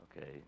okay